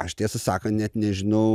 aš tiesą sakant net nežinau